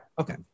Okay